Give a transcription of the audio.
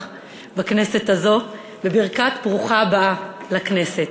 בכנסת הזאת בברכת "ברוכה הבאה לכנסת".